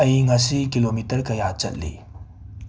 ꯑꯩ ꯉꯁꯤ ꯀꯤꯂꯣꯃꯤꯇꯔ ꯀꯌꯥ ꯆꯠꯂꯤ